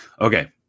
Okay